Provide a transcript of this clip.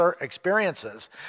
experiences